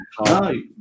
No